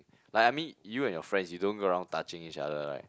like I mean you and your friends you don't go around touching each other right